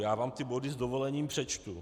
Já vám ty body s dovolením přečtu: